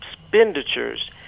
expenditures